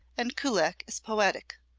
and kullak is poetic,